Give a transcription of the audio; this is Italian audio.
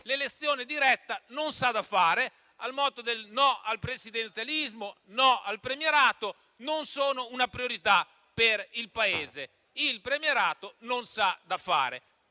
"l'elezione diretta non s'ha da fare" e del "no al presidenzialismo", "no al premierato", non sono una priorità per il Paese. Il premierato non s'ha da fare.